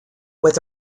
with